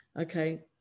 okay